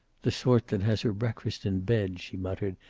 the sort that has her breakfast in bed, she muttered,